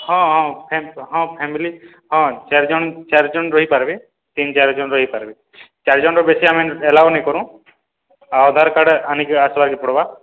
ହଁ ହଁ ହଁ ଫ୍ୟାମିଲି ହଁ ଚାର୍ ଜଣ୍ ଚାର୍ ଜଣ୍ ରହିପାର୍ବେ ତିନ୍ ଚାର୍ ଜଣ୍ ରହିପାର୍ବେ ଚାର୍ ଜଣ୍ର ବେଶି ଆମେ ଏଲାଓ ନେଇଁ କରୁ ଆଉ ଆଧାର୍ କାର୍ଡ଼୍ ଆନିକି ଆସ୍ବାକେ ପଡ଼୍ବା